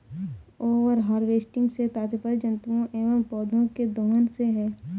over harvesting से तात्पर्य जंतुओं एंव पौधौं के दोहन से है